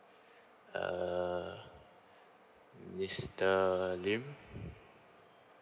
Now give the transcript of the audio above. err mr lim